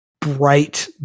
bright